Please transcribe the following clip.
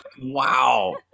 Wow